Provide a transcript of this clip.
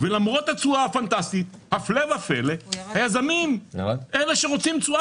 ולמרות התשואה הפנטסטית הפלא ופלא היזמים אלה שרוצים תשואה